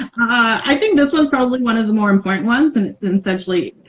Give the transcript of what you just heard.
i think this was probably one of the more important ones and it's essentially